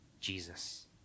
Jesus